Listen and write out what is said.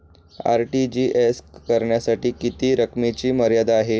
RTGS करण्यासाठी किती रकमेची मर्यादा आहे?